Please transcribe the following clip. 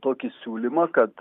tokį siūlymą kad